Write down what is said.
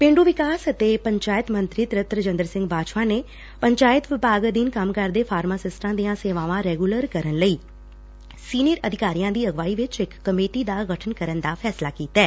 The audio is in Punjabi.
ਪੇਂਡੂ ਵਿਕਾਸ ਅਤੇ ਪੰਚਾਇਤ ਮੰਤਰੀ ਤ੍ਪਤ ਰਜਿਦਰ ਸਿੰਘ ਬਾਜਵਾ ਨੇ ਪੰਚਾਇਤ ਵਿਭਾਗ ਅਧੀਨ ਕੰਮ ਕਰਦੇ ਫਾਰਮਾਸਿਸਟਾਂ ਦੀਆਂ ਸੇਵਾਵਾਂ ਰੈਗੂਲਰ ਕਰਨ ਲਈ ਸੀਨੀਅਰ ਅਧਿਕਾਰੀਆਂ ਦੀ ਅਗਵਾਈ ਵਿਚ ਇਕ ਕਮੇਟੀ ਦਾ ਗਠਨ ਕਰਨ ਦਾ ਫੈਸਲਾ ਕੀਤੈ